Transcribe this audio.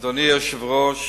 אדוני היושב-ראש,